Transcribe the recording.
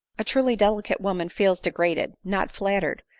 a truly delicate woman feels degraded, not flattered,